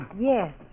Yes